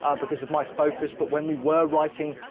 ah because of my focus. but when we were writing,